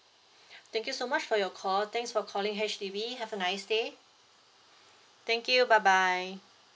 thank you so much for your call thanks for calling H_D_B have a nice day thank you bye bye